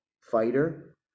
fighter